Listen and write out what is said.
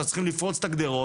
אז צריכים לפרוץ את הגדרות,